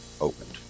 opened